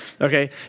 Okay